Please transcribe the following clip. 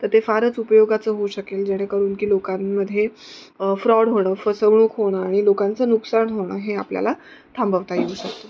तर ते फारच उपयोगाचं होऊ शकेल जेणेकरून की लोकांमध्ये फ्रॉड होणं फसवणूक होणं आणि लोकांचं नुकसान होणं हे आपल्याला थांबवता येऊ शकतं